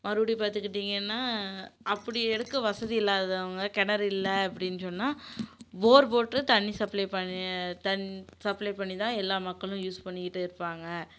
மறுபடி பார்த்துக்கிட்டிங்கன்னா அப்படி எடுக்க வசதி இல்லாதவங்க கிணறு இல்லை அப்டினு சொன்னால் போர் போட்டு தண்ணி சப்ளே பண்ணி தண் சப்ளே பண்ணி தான் எல்லா மக்களும் யூஸ் பண்ணிகிட்டு இருப்பாங்க